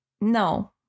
No